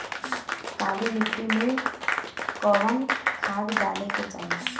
काली मिट्टी में कवन खाद डाले के चाही?